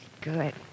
Good